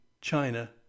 China